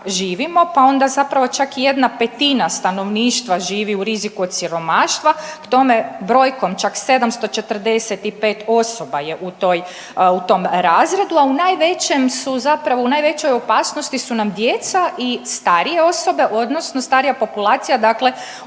pa onda zapravo čak i 1/5 stanovništva živi u riziku od siromaštva k tome brojkom čak 745 osoba je u toj, u tom razredu, a u najvećem su zapravo u najvećoj opasnosti su nam djeca i starije osobe odnosno starija populacija, dakle